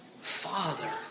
Father